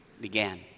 began